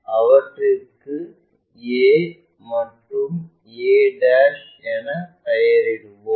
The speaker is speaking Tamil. அவற்றிற்கு a மற்றும் a என பெயரிடுவோம்